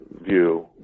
view